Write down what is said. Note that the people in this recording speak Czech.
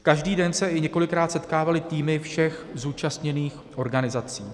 Každý den se i několikrát setkávaly týmy všech zúčastněných organizací.